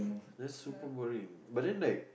that's super boring but then like